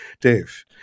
Dave